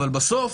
אבל בסוף